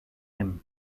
him